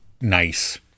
nice